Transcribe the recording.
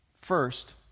First